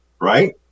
right